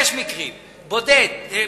יש מקרים בודדים.